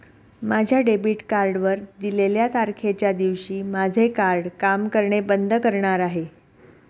माझ्या डेबिट कार्डवर दिलेल्या तारखेच्या दिवशी माझे कार्ड काम करणे बंद करणार आहे